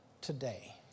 today